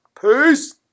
Peace